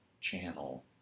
channel